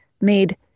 made